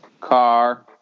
car